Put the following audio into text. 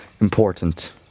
important